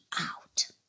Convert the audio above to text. out